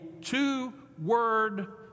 two-word